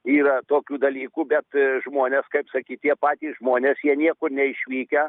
yra tokių dalykų bet žmonės kaip sakyt tie patys žmonės jie niekur neišvykę